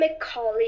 McCauley